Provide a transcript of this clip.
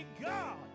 God